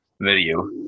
video